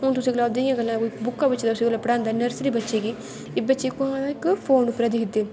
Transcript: हून तुसें गला दे इयां गल्ला बुक्का बिच्च ता पढ़ांदा नी नर्सरी बच्चें गी एह् बच्चें कुत्थां फोन उप्परा दा दिखदे